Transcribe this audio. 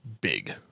big